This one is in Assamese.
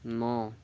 ন